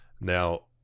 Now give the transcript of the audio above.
now